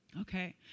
Okay